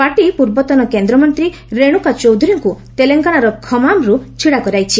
party ପୂର୍ବତନ କେନ୍ଦ୍ରମନ୍ତ୍ରୀ ରେଣୁକା ଚୌଧୁରୀଙ୍କୁ ତେଲଙ୍ଗାନାର ଖମାମ୍ରୁ ଛିଡ଼ା କରାଇଛି